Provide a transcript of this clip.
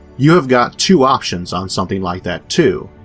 you've got two options on something like that too,